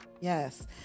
Yes